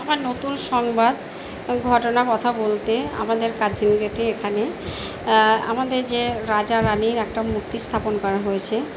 আমার নতুন সংবাদ ঘটনা কথা বলতে আমাদের কার্জন গেটের এখানে আমাদের যে রাজা রানির একটা মূর্তি স্থাপন করা হয়েছে